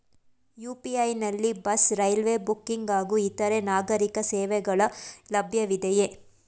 UPI ನಲ್ಲಿ bus, railway booking ಹಾಗೂ ಇತರೆ ನಾಗರೀಕ ಸೇವೆಗಳು ಲಭ್ಯವಿದೆಯೇ?